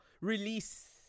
release